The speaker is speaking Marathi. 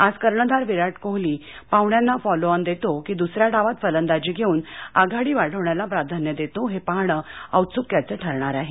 आज कर्णधार विराट कोहली पाहूण्यांना फॉलोअॅन देतो की दूसऱ्या डावात फलंदाजी घेऊन आघाडी वाढवण्याला प्राधान्य देतो हे पाहणं औत्सूक्याचं ठरणार आहे